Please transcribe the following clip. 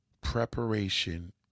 preparation